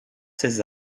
ses